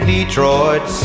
Detroit